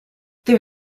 there